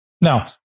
Now